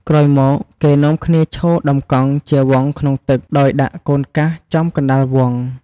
ក្រោយមកគេនាំគ្នាឈរដំកង់ជាវង់ក្នុងទឹក ដោយដាក់ "កូនកាស" ចំកណ្ដាលវង់។